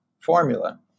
formula